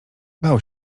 bał